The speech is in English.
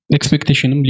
Expectation